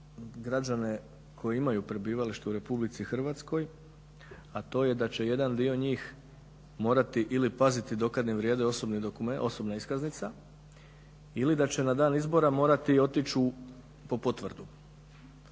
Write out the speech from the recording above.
građane koji imaju prebivalište u RH a to je da će jedan dio njih morati ili paziti do kada im vrijede osobna iskaznica ili da će na dan izbora morati otići po potvrdu.